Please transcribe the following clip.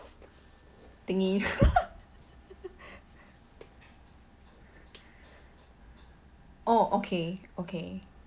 thingy oh okay okay